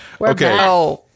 Okay